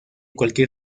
cualquier